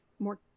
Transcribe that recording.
More